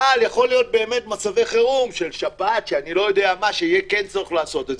אבל יכולים להיות באמת מצבי חירום של שפעת שכן יהיה כן לעשות את זה.